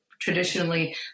traditionally